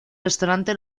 restaurante